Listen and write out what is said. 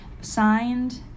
signed